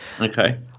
Okay